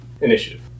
Initiative